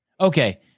Okay